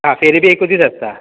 आ फेरी बी एकूच दीस आसता